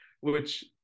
which-